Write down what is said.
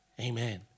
Amen